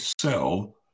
sell